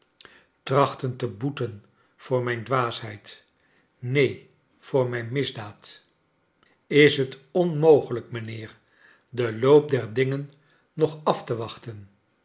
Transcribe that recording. trachten te boeten voor mijn dwaasheid neen voor mijn misdaad is het onmogelijk mijnheer dert loop der dingen nog af te wachten